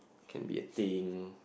can be a thing